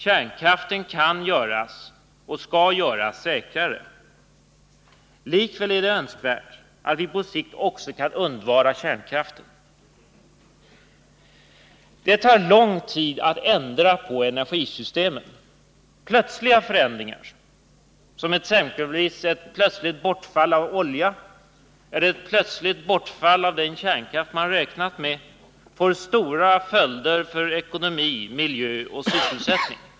Kärnkraften kan göras och skall göras säkrare. Likväl är det Önskvärt att vi på sikt också kan undvara kärnkraften. Det tar lång tid att ändra på energisystemen. Plötsliga förändringar, exempelvis ett plötsligt bortfall av olja eller en snabbavveckling av den kärnkraft man räknat med, får stora följder för ekonomi, miljö och sysselsättning.